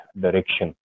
direction